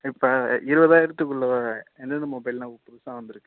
இப்ப இருபதாயிரத்துக்குள்ள என்னென்ன மொபைல்லாம் இப்போ புதுசாக வந்துருக்கு